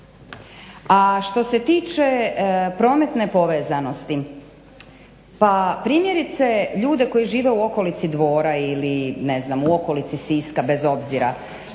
A što se tiče prometne povezanosti. Pa primjerice ljude koji žive u okolici Dvora ili ne znam u okolici Siska, bez obzira,